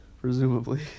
presumably